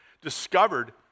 discovered